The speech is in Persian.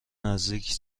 نزدیک